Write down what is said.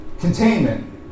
containment